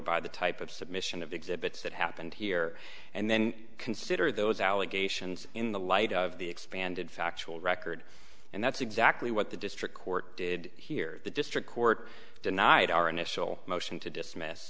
by the type of submission of exhibits that happened here and then consider those allegations in the light of the expanded factual record and that's exactly what the district court did here the district court denied our initial motion to dismiss